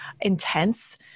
intense